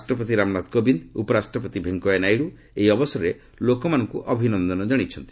ରାଷ୍ଟ୍ରପତି ରାମନାଥ କୋବିନ୍ଦ ଉପରାଷ୍ଟ୍ରପତି ଭେଙ୍କୟା ନାଇଡ଼ୁ ଏହି ଅବସରରେ ଲୋକମାନଙ୍କୁ ଅଭିନନ୍ଦନ ଜଣାଇଛନ୍ତି